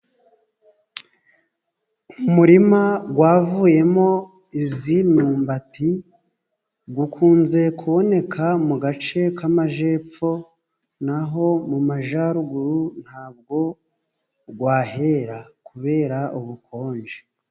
Umurima wavuyemo iyi myumbati ukunze kuboneka mu gace k'amajyepfo, naho mu majyaruguru ntabwo wahera kubera ubukonje.